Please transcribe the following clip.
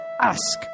Ask